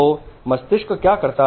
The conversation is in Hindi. तो मस्तिष्क क्या करता है